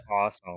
awesome